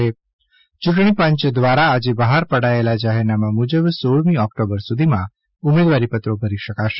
યૂંટણી પંચ દ્રારાર આજે બહાર પડાયેલાં જાહેરનામાં મુજબ સોળમી ઓકટોમ્બર સુધીમાં ઉંમેદવારીપત્રો ભરી શકાશે